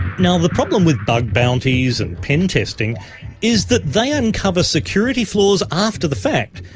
now, the problem with bug bounties and pentesting is that they uncover security flaws after the fact.